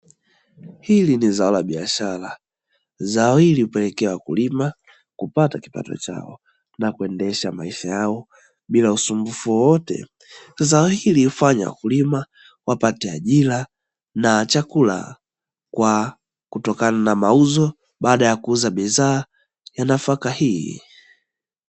Hili ni zao la biashara, zao hili upelekea wakulima kupata kipato chao na kuendesha maisha yao bila usumbufu wowote. Zao hili hufanya wakulima wapate ajira na chakula kwa kutokana na mauzo baada ya kuuza bidhaa ya nafaka hii.